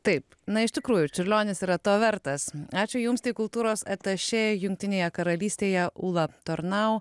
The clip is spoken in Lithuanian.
taip na iš tikrųjų čiurlionis yra to vertas ačiū jums tai kultūros atašė jungtinėje karalystėje ūla tornau